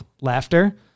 laughter